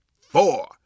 four